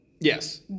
Yes